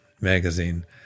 magazine